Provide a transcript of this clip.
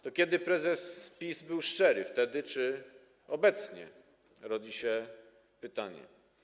To kiedy prezes PiS był szczery: wtedy czy obecnie, rodzi się pytanie.